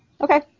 okay